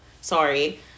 sorry